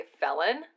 felon